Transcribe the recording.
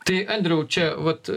tai andriau čia vat